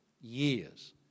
years